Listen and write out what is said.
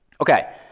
Okay